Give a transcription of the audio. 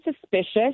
suspicious